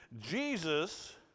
Jesus